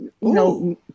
No